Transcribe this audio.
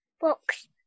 box